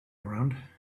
around